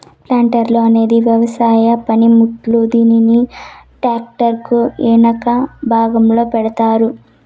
planter అనేది వ్యవసాయ పనిముట్టు, దీనిని ట్రాక్టర్ కు ఎనక భాగంలో పెడతారు